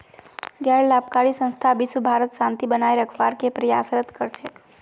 गैर लाभकारी संस्था विशव भरत शांति बनए रखवार के प्रयासरत कर छेक